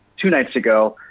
two nights ago,